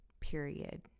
period